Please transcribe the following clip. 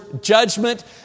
judgment